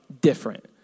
different